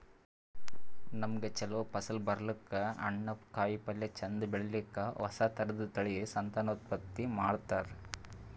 ನಮ್ಗ್ ಛಲೋ ಫಸಲ್ ಬರ್ಲಕ್ಕ್, ಹಣ್ಣ್, ಕಾಯಿಪಲ್ಯ ಚಂದ್ ಬೆಳಿಲಿಕ್ಕ್ ಹೊಸ ಥರದ್ ತಳಿ ಸಂತಾನೋತ್ಪತ್ತಿ ಮಾಡ್ತರ್